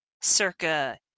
circa